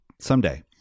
Someday